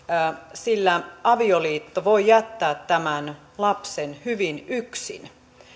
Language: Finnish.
sillä avioliitto voi jättää lapsen hyvin yksin